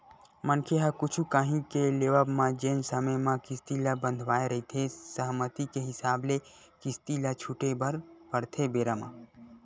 मनखे ह कुछु काही के लेवब म जेन समे म किस्ती ल बंधवाय रहिथे सहमति के हिसाब ले किस्ती ल छूटे बर परथे बेरा म